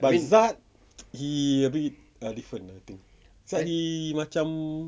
likezad he a bit different I think sadly macam